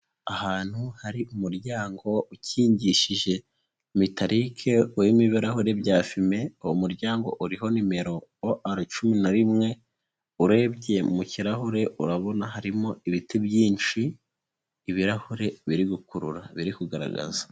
Ahantu hari umuryango ukingishije metalike urimo ibirahuri bya fume, uwo muryango uriho nimero OR cumi na rimwe, urebye mu kirahure urabona harimo ibiti byinshi, ibirahure biri gukurura, biri kugaragaza.